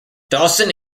dawson